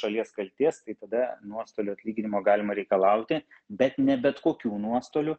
šalies kaltės tai tada nuostolių atlyginimo galima reikalauti bet ne bet kokių nuostolių